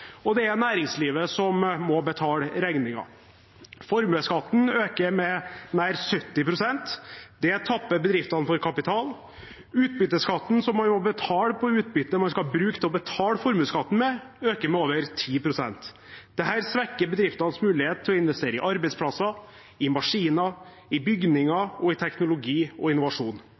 og det er næringslivet som må betale regningen. Formuesskatten øker med nær 70 pst. Det tapper bedriftene for kapital. Utbytteskatten, som man må betale på utbytte man skal bruke til å betale formuesskatten med, øker med over 10 pst. Dette svekker bedriftenes mulighet til å investere i arbeidsplasser, i maskiner, i bygninger og i teknologi og innovasjon.